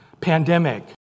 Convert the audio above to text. pandemic